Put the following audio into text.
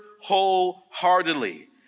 wholeheartedly